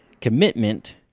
commitment